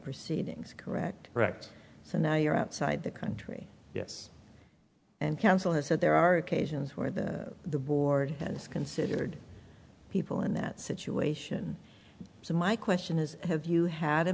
proceedings correct correct so now you're outside the country yes and counsel has said there are occasions where the the board has considered people in that situation so my question is have you had a